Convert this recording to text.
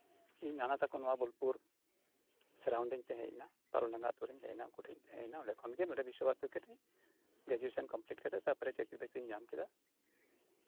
ᱤᱧ ᱱᱟᱱᱟ ᱛᱟᱠᱚ ᱱᱚᱣᱟ ᱵᱳᱞᱯᱩᱨ ᱯᱷᱩᱞ ᱰᱟᱝᱜᱟ ᱟᱹᱛᱩ ᱨᱤᱧ ᱛᱟᱸᱦᱮᱭᱮᱱᱟ ᱩᱱᱠᱩ ᱴᱷᱮᱱ ᱚᱱᱰᱮ ᱠᱷᱚᱱᱜᱮ ᱱᱚᱰᱮ ᱵᱤᱥᱥᱚ ᱵᱷᱟᱨᱚᱛᱤᱨᱮ ᱜᱨᱮᱡᱩᱭᱮᱥᱚᱱ ᱠᱚᱢᱯᱤᱞᱤᱴ ᱠᱟᱛᱮᱜ ᱪᱟᱹᱠᱨᱤ ᱵᱟᱹᱠᱨᱤᱧ ᱧᱟᱢ ᱠᱮᱫᱟ